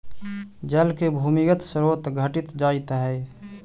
जल के भूमिगत स्रोत घटित जाइत हई